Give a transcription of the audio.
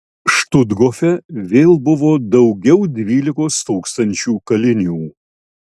štuthofe vėl buvo daugiau dvylikos tūkstančių kalinių